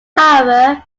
however